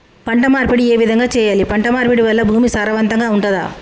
పంట మార్పిడి ఏ విధంగా చెయ్యాలి? పంట మార్పిడి వల్ల భూమి సారవంతంగా ఉంటదా?